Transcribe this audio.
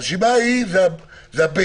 הרשימה ההיא זה הבייס,